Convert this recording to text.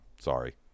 sorry